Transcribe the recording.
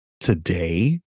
today